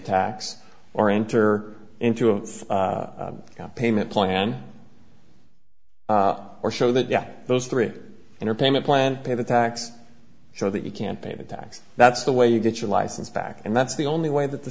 tax or enter into its payment plan or show that yeah those three in a payment plan pay the tax so that you can pay the tax that's the way you get your license back and that's the only way that the